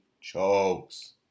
chokes